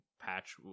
patch